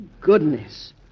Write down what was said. goodness